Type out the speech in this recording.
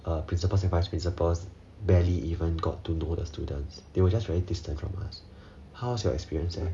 uh principals and vice principals barely even got to know the students they were just very distant from us how's your experience